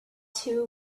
too